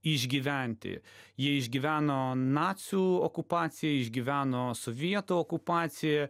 išgyventi jie išgyveno nacių okupaciją išgyveno sovietų okupaciją